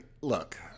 look